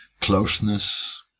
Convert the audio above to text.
closeness